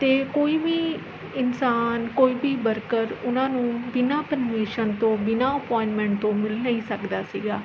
ਅਤੇ ਕੋਈ ਵੀ ਇਨਸਾਨ ਕੋਈ ਵੀ ਵਰਕਰ ਉਹਨਾਂ ਨੂੰ ਬਿਨਾਂ ਪਰਮੀਸ਼ਨ ਤੋਂ ਬਿਨਾਂ ਅਪੋਇੰਟਮੈਂਟ ਤੋਂ ਮਿਲ ਨਹੀਂ ਸਕਦਾ ਸੀਗਾ